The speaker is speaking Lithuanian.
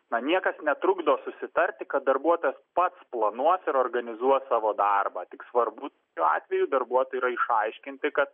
na niekas netrukdo susitarti kad darbuotojas pats planuos ir organizuos savo darbą tik svarbu tokiu atveju darbuotojui yra išaiškinti kad